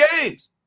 games